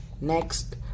Next